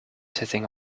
sitting